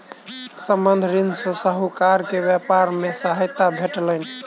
संबंद्ध ऋण सॅ साहूकार के व्यापार मे सहायता भेटलैन